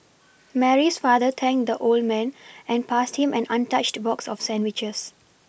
Mary's father thanked the old man and passed him an untouched box of sandwiches